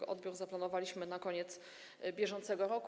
Odbiór zaplanowaliśmy na koniec bieżącego roku.